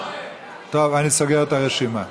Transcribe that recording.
טוב, אני סוגר את הרשימה.